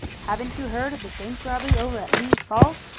haven't you heard of the bank robbery over at lee's falls?